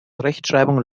rechtschreibung